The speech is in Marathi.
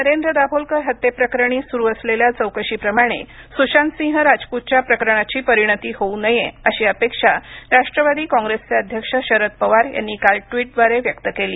नरेंद्र दाभोलकर हत्येप्रकरणी सुरू असलेल्या चौकशीप्रमाणे सुशांत सिंह राजपूतच्या प्रकरणाची परिणती होऊ नये अशी अपेक्षा राष्ट्रवादी काँग्रेसचे अध्यक्ष शरद पवार यांनी काल ट्वीटद्वारे व्यक्त केली